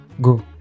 go